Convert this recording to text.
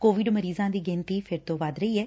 Covid ਮਰੀਜਾਂ ਦੀ ਗਿਣਤੀ ਫਿਰ ਤੋ ੱਵੱਧ ਰਹੀ ਐ